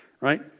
right